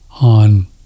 on